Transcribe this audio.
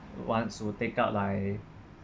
once you take out like